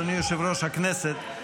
אדוני יושב-ראש הכנסת,